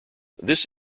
this